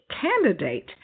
candidate